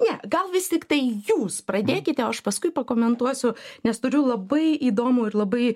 ne gal vis tiktai jūs pradėkite o aš paskui pakomentuosiu nes turiu labai įdomų ir labai